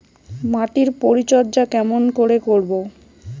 মাটির পরিচর্যা কেমন করে করব?